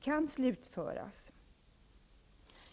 kan slutföras?